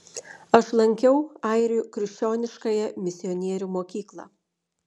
aš lankiau airių krikščioniškąją misionierių mokyklą